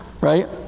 right